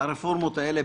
שהרפורמות האלו,